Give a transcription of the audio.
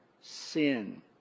sin